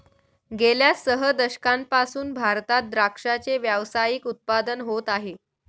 गेल्या सह दशकांपासून भारतात द्राक्षाचे व्यावसायिक उत्पादन होत आहे